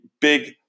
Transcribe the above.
big